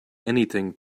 anything